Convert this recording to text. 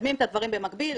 מקדמים את הדברים במקביל,